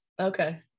Okay